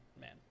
Man